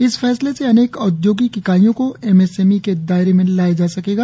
इस फैसले से अनेक औद्योगिक इकाईयों को एमएसएमई के दायरे में लाया जा सकेगा